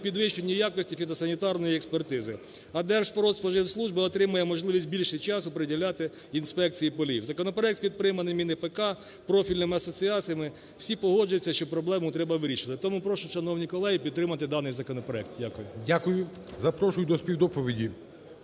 підвищенню якості фітосанітарної експертизи, а Держпродспоживслужба отримає можливість більше часу приділяти інспекції полів. Законопроект підтриманий Міністерством АПК, профільними асоціаціями, всі погоджуються, що проблему треба вирішувати. Тому прошу, шановні колеги, підтримати даний законопроект. Дякую. ГОЛОВУЮЧИЙ. Дякую. Запрошую до співдоповіді